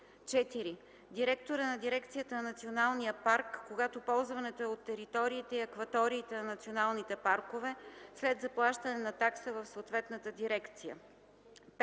4. директора на дирекцията на националния парк, когато ползването е от териториите и акваториите на националните паркове, след заплащане на такса в съответната дирекция.